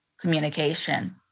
communication